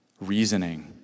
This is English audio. reasoning